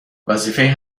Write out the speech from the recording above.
وظیفه